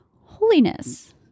holiness